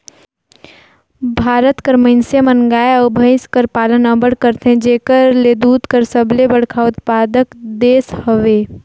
भारत कर मइनसे मन गाय अउ भंइस कर पालन अब्बड़ करथे जेकर ले दूद कर सबले बड़खा उत्पादक देस हवे